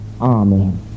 amen